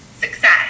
success